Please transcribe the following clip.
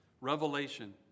revelation